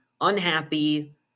unhappy